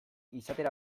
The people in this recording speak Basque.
izatera